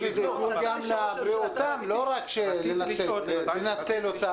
שידאגו גם לבריאותם, לא רק לנצל אותם.